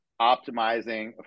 optimizing